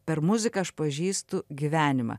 per muziką aš pažįstu gyvenimą